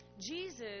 Jesus